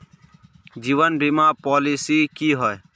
जीवन बीमा पॉलिसी की होय?